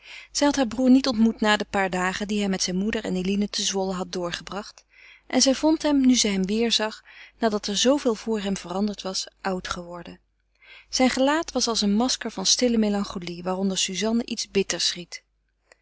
had haar broêr niet ontmoet na de paar dagen die hij met zijne moeder en eline te zwolle had doorgebracht en zij vond hem nu zij hem weêrzag nadat er zooveel voor hem veranderd was oud geworden zijn gelaat was als een masker van stille melancholie waaronder suzanne iets bitters